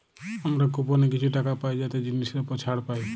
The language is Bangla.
আমরা কুপনে কিছু টাকা পাই যাতে জিনিসের উপর ছাড় পাই